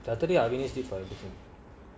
saturday ah we need collaboration